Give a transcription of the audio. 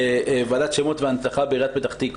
בוועדת שמות והנצחה בעיריית פתח תקווה,